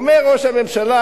אומר ראש הממשלה,